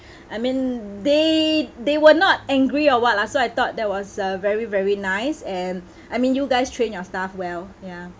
I mean they they were not angry or what lah so I thought that was uh very very nice and I mean you guys trained your staff well ya